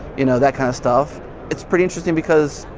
you know, that kind of stuff it's pretty interesting because,